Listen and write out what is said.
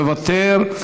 מוותר,